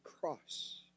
cross